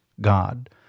God